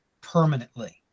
permanently